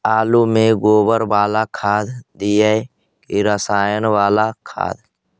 आलु में गोबर बाला खाद दियै कि रसायन बाला खाद?